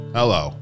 Hello